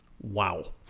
Wow